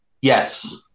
Yes